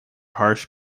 harsh